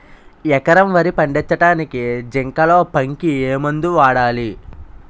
ఎకరం వరి పండించటానికి జింక్ లోపంకి ఏ మందు వాడాలి?